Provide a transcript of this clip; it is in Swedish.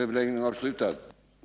Herr talman!